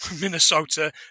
Minnesota